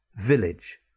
village